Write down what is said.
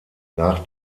nach